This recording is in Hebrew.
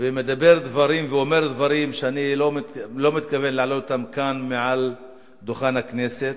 ומדבר דברים ואומר דברים שאני לא מתכוון להעלות אותם כאן על דוכן הכנסת.